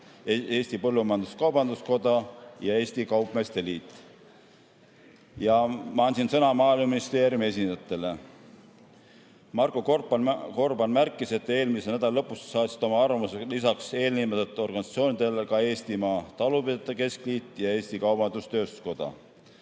Eesti Põllumajandus-Kaubanduskoda ja Eesti Kaupmeeste Liit. Ma andsin sõna Maaeluministeeriumi esindajatele. Marko Gorban märkis, et eelmise nädala lõpus saatsid oma arvamuse lisaks eelnimetatud organisatsioonidele ka Eestimaa Talupidajate Keskliit ja Eesti Kaubandus-Tööstuskoda.